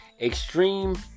extreme